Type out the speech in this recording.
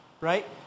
Right